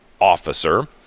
officer